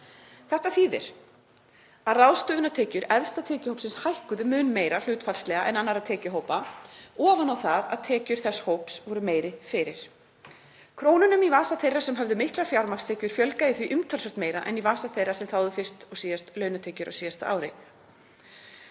Þetta þýðir að ráðstöfunartekjur efsta tekjuhópsins hækkuðu mun meira hlutfallslega en annarra tekjuhópa ofan á það að tekjur þess hóps voru meiri fyrir. Krónunum í vasa þeirra sem höfðu miklar fjármagnstekjur fjölgaði því umtalsvert meira en í vasa þeirra sem þáðu fyrst og síðast launatekjur á síðasta ári.